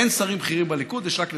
אין שרים בכירים בליכוד, יש רק נתניהו.